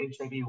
HIV